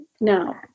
now